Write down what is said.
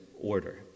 order